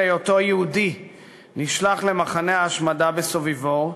היותו יהודי נשלח למחנה ההשמדה בסוביבור,